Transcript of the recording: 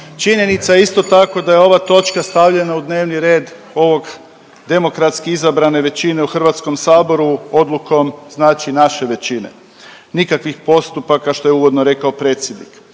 Činjenica isto tako da je ova točka stavljena u dnevni red ovog demokratski izabrane većine u HS-u odlukom znači naše većine, nikakvih postupaka što je uvodno rekao predsjednik.